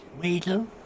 weasel